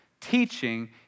teaching